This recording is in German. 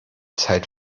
zeit